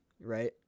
right